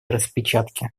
распечатки